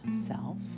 self